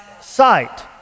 sight